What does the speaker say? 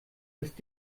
ist